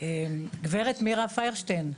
גב' מירה פיירשטיין,